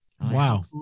Wow